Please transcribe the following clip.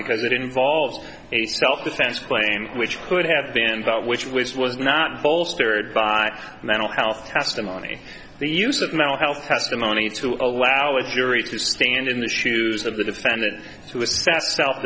because it involved a self defense claim which could have been which which was not bolstered by mental health testimony the use of mental health testimony to allow a jury to stand in the shoes of the defendant to